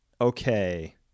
Okay